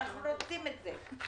אנחנו רוצים את זה.